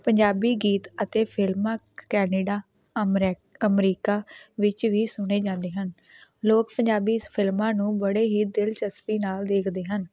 ਪੰਜਾਬੀ ਗੀਤ ਅਤੇ ਫਿਲਮਾਂ ਕੈਨੇਡਾ ਅਮਰੈ ਅਮਰੀਕਾ ਵਿੱਚ ਵੀ ਸੁਣੇ ਜਾਂਦੇ ਹਨ ਲੋਕ ਪੰਜਾਬੀ ਇਸ ਫਿਲਮਾਂ ਨੂੰ ਬੜੇ ਹੀ ਦਿਲਚਸਪੀ ਨਾਲ਼ ਦੇਖਦੇ ਹਨ